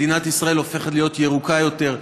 מדינת ישראל הופכת להיות ירוקה יותר,